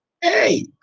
Hey